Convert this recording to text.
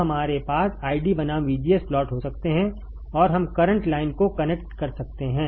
तो हमारे पास ID बनाम VGS प्लॉट हो सकते हैं और हम करंट लाइन को कनेक्ट कर सकते हैं